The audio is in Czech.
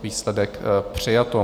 Výsledek: přijato.